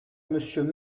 monsieur